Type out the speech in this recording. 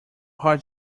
hard